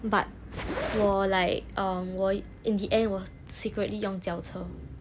but 我 like err 我 in the end 我 secretly 用脚车 then 我也是这样 right what you wear lah but it's just that